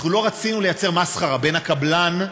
לא רצינו לייצר מסחרה בין הקבלן,